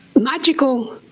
magical